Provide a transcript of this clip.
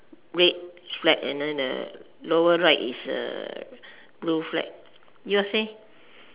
red flag and then the lower right is a blue flag yours leh